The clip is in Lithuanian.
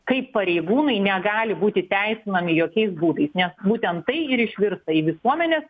kaip pareigūnai negali būti teisinami jokiais būdais nes būtent tai ir išvirsta į visuomenės